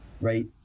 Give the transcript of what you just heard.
right